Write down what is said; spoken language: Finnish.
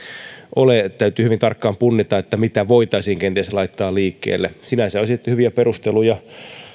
ole täytyy hyvin tarkkaan punnita mitä voitaisiin kenties laittaa liikkeelle sinänsä on esitetty hyviä perusteluja